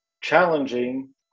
challenging